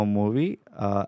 movie